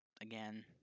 again